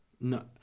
No